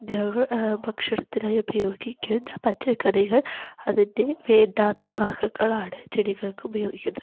ഞങ്ങൾ ഭക്ഷണത്തിനായി ഉപയോഗിക്കുന്ന പച്ചക്കറികൾ അതിൻ്റെ വേണ്ടാത്ത ഭാഗങ്ങളാണ് ചെടികൾക്ക് ഉപയോഗിക്കുന്ന